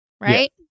right